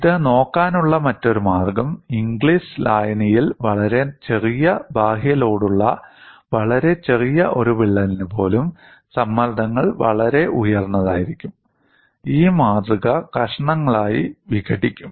ഇത് നോക്കാനുള്ള മറ്റൊരു മാർഗ്ഗം ഇംഗ്ലിസ് ലായനിയിൽ വളരെ ചെറിയ ബാഹ്യ ലോഡുള്ള വളരെ ചെറിയ ഒരു വിള്ളലിനു പോലും സമ്മർദ്ദങ്ങൾ വളരെ ഉയർന്നതായിരിക്കും ഈ മാതൃക കഷണങ്ങളായി വിഘടിക്കും